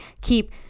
keep